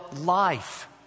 life